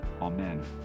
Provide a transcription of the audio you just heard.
Amen